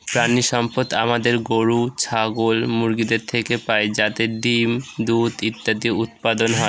প্রানীসম্পদ আমাদের গরু, ছাগল, মুরগিদের থেকে পাই যাতে ডিম, দুধ ইত্যাদি উৎপাদন হয়